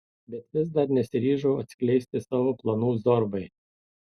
bet vis dar nesiryžau atskleisti savo planų zorbai